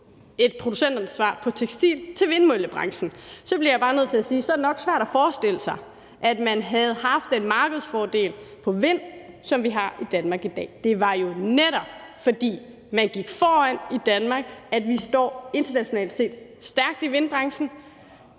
til producentansvar på tekstilområdet, og vindmøllebranchen, så bliver jeg bare nødt til at sige, at så er det nok svært at forestille sig, at man havde haft den markedsfordel på vind, som vi har i Danmark i dag. Det var jo netop, fordi man gik foran i Danmark, at vi internationalt set står stærkt i vindmøllebranchen,